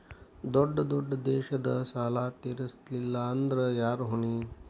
ದೊಡ್ಡ ದೊಡ್ಡ ದೇಶದ ಸಾಲಾ ತೇರಸ್ಲಿಲ್ಲಾಂದ್ರ ಯಾರ ಹೊಣಿ?